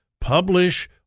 publish